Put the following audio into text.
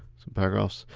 some paragraphs.